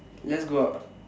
just go out